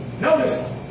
Notice